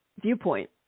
viewpoint